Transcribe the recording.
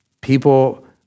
People